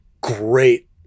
great